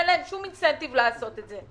אין להן שום תמריץ לעשות את זה.